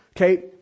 Okay